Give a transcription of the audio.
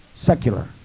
secular